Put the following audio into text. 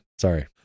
Sorry